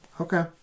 okay